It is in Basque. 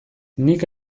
nik